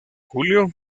julio